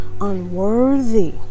unworthy